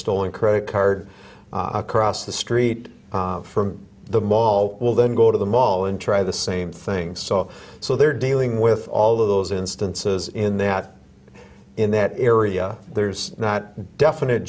stolen credit card across the street from the mall will then go to the mall and try the same thing so so they're dealing with all of those instances in that in that area there's not definite